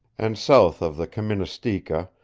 and south of the kaministiqua,